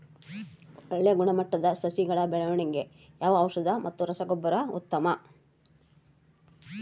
ಒಳ್ಳೆ ಗುಣಮಟ್ಟದ ಸಸಿಗಳ ಬೆಳವಣೆಗೆಗೆ ಯಾವ ಔಷಧಿ ಮತ್ತು ರಸಗೊಬ್ಬರ ಉತ್ತಮ?